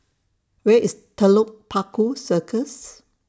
Where IS Telok Paku Circus